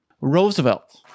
Roosevelt